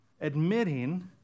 Admitting